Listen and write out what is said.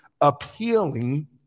appealing